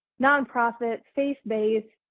non-profits, faith based.